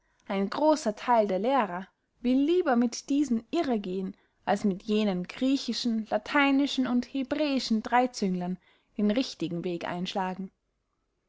ein grosser theil der lehrer will lieber mit diesen irre gehen als mit jenen griechischen lateinischen und hebräischen dreyzünglern den richtigen weg einschlagen